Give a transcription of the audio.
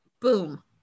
Boom